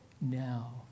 now